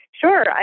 sure